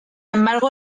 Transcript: embargo